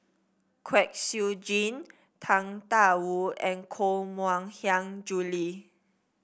Kwek Siew Jin Tang Da Wu and Koh Mui Hiang Julie